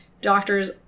Doctors